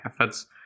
efforts